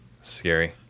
Scary